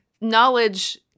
knowledge